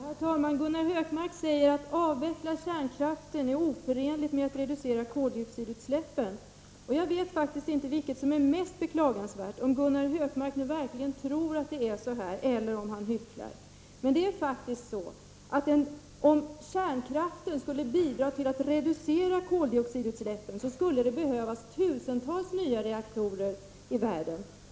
Herr talman! Gunnar Hökmark säger att en avveckling av kärnkraften är oförenlig med en reducering av koldioxidutsläppen. Jag vet inte vilket som är mest beklagansvärt, om Gunnar Hökmark verkligen tror att det är så här eller om han hycklar. Om kärnkraften skulle bidra till att reducera koldioxidutsläppen skulle det behövas tusentals nya reaktorer i världen.